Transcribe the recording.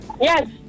Yes